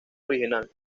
original